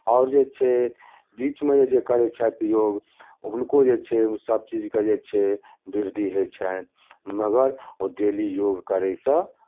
और जे छै बीचमे जे करै छैथ योग हुनको जे छै सभ चीजके जे छै वृद्धि होइत छनि मगर ओ डेली योग करयसँ